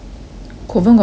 kovan got cloth meh